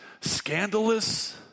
scandalous